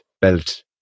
belt